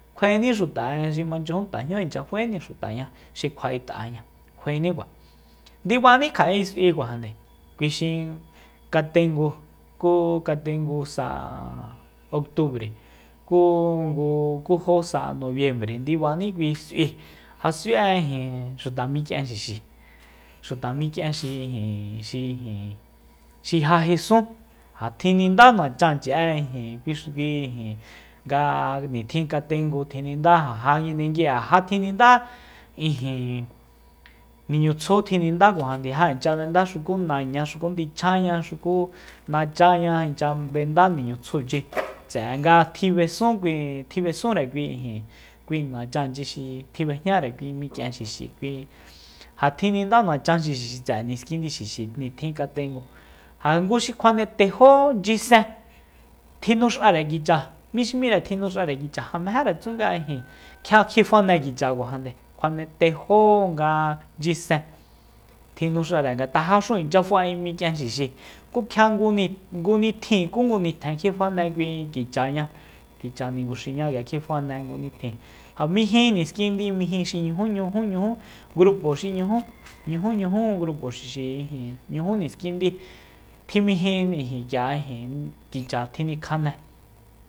Kjuaení xuta xi manchyajun tajñú inchya faéni xutaña xi kjua'et'aña kjuaeni kua ndibani kja'e s'ui kuajande kui xi katengu ku katengu sa octubre ku ngu ku jo sa nobiembre ndibani kui s'ui ja s'ui'e ijin xuta mik'ienxixi xuta mik'ien xi ijin xi ijin xi ja jesun ja tjininda nachanchi'e ijin kuix- ijin nga nitjin katengu tjininda ja ja nguindengui'e ja ja tjinindá ijin niñutsju tjinda kuajande ja inchya b'enda xukun náñá xuku ndihcjaña xuku nachaña inchya b'enda niñitsjuchi tse'e nga tjib'esu kui tjib'esunre kui ijin kui nachanchi xi tjianre kui mik'ien xixi ja tjininda nachan xixi tse'e niskindi xixi nitjin katengu ja nguxi kjuane tejó nchyisen tjinux'are kicha m'íxim'íre tjinux'are kicha ja mejere tsú nga ijin kjia kjifane kicha kuajande kjuane tejó nga chyisen tjinux'are ngat'a jaxu inchya fa'e mik'ien xixi ku kjia nguni ngunitjin ku ngu nitjen kjifane kichaña kicha ninguxiña k'ia kjifane ngu nitjin ja miji niskindi miji xi ñujúñujúñujú grupo xi ñujú ñujúñujú grupo xixi ijin ñujú niskindi kjimiji k'ia kucha tjinikjane